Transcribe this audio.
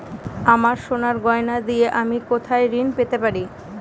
আমার সোনার গয়নার দিয়ে আমি কোথায় ঋণ পেতে পারি?